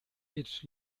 its